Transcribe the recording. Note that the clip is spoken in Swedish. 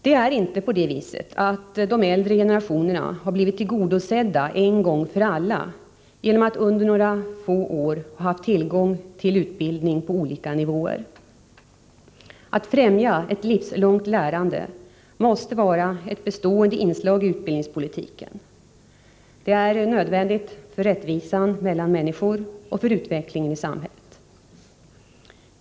Det är inte på det viset att de äldre generationerna har blivit tillgodosedda en gång för alla genom att under några få år ha haft tillgång till utbildning på olika nivåer. Att främja ett livslångt lärande måste vara ett bestående inslag i utbildningspolitiken. Det är nödvändigt både för rättvisan mellan människor och för utvecklingen i samhället.